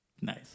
Nice